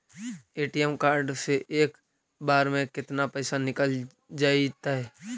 ATM card से एक बार में केतना पैसा निकल जइतै?